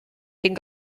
cyn